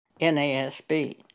NASB